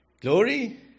Glory